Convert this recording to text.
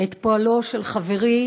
את פועלו של חברי,